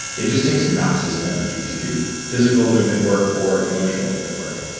it just takes masses of energy to do physical movement work, or emotional movement work.